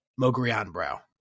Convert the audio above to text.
Mogrianbrow